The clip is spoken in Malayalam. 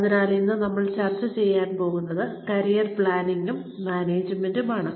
അതിനാൽ ഇന്ന് നമ്മൾ ചർച്ച ചെയ്യാൻ പോകുന്നത് കരിയർ പ്ലാനിംഗും മാനേജ്മെന്റും ആണ്